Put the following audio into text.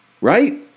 right